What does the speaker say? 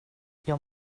jag